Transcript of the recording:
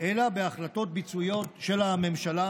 אלא בהחלטות ביצועיות של הממשלה,